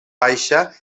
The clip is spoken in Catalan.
baixa